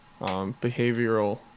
behavioral